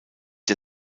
der